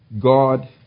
God